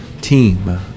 team